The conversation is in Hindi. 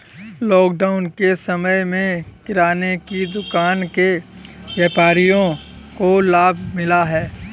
लॉकडाउन के समय में किराने की दुकान के व्यापारियों को लाभ मिला है